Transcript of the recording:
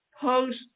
post